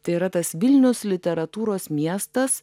tai yra tas vilnius literatūros miestas